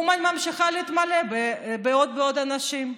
אומן ממשיכה להתמלא בעוד ועוד אנשים.